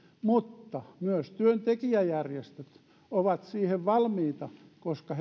mutta että myös työntekijäjärjestöt ovat siihen valmiita koska